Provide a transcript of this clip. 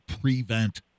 prevent